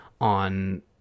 on